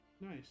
Nice